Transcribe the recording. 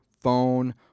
phone